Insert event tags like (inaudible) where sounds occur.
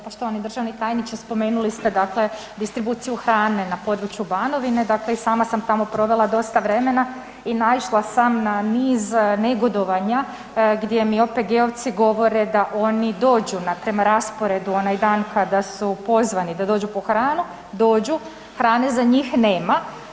Poštovani državni tajniče, spomenuli ste dakle distribuciju hrane na području Banovine, dakle i sama sam tamo provela dosta vremena i naišla sam na niz negodovanja gdje mi OPG-ovci govore da oni dođu na ... (unintelligible) rasporedu onaj dan kada su pozvani da dođu po hranu, dođu, hrane za njih nema.